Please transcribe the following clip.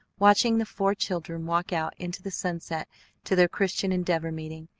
watching the four children walk out into the sunset to their christian endeavor meeting,